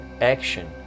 action